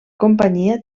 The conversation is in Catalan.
companyia